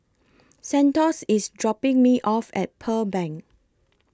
Santos IS dropping Me off At Pearl Bank